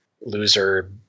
loser